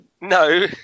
No